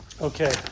okay